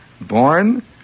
Born